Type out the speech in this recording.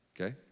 okay